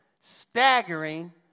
staggering